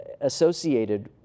associated